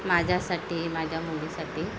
माझ्यासाठी माझ्या मुलीसाठी